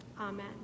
Amen